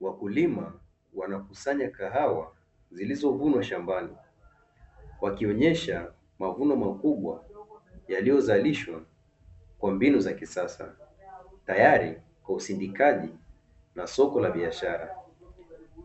Wakulima wanakusanya kahawa zilizovunwa shambani, wakionyesha mavuno makubwa yaliyo zalishwa kwa mbinu za kisasa; tayari kwa usindikaji na soko la biashara,